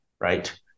right